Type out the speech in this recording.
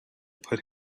put